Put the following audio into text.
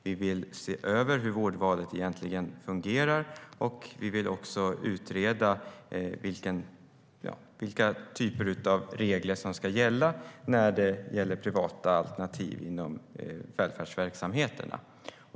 Vi vill se över hur vårdvalet egentligen fungerar, och vi vill också utreda vilka typer av regler som ska gälla för privata alternativ inom välfärdsverksamheterna.